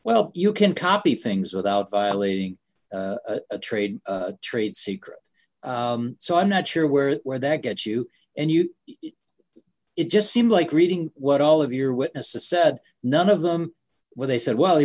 well you can copy things without violating a trade trade secret so i'm not sure where where that gets you and you it just seemed like reading what all of your witnesses said none of them where they said well